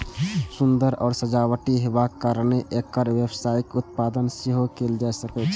सुंदर आ सजावटी हेबाक कारणें एकर व्यावसायिक उत्पादन सेहो कैल जा सकै छै